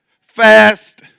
fast